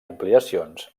ampliacions